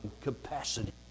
capacity